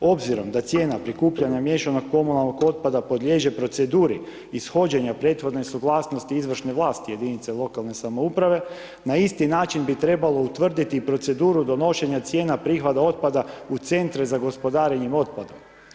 Obzirom da cijena prikupljanja miješanog komunalnog otpada podliježe proceduri ishođenja prethodne suglasnosti izvršne vlasti jedinice lokalne samouprave na isti način bi trebalo utvrditi i proceduru donošenja cijena prihvata otpada u centre za gospodarenje otpadom.